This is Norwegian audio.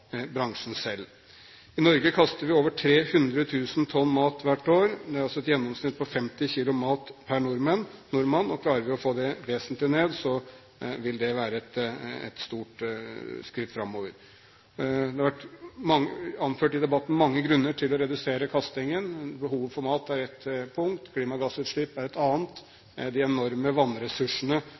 I Norge kaster vi over 300 000 tonn mat hvert år. Det er altså et gjennomsnitt på 50 kg mat per nordmann. Klarer vi å få det vesentlig ned, vil det være et stort skritt framover. Det har i debatten vært anført mange grunner til å redusere kastingen. Behovet for mat er ett punkt, klimagassutslipp er et annet. De enorme vannressursene